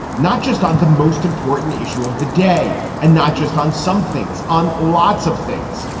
not just on the most important issue of the day and not just on some things, on lots of things.